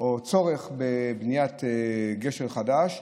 או צורך בבניית גשר חדש,